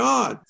God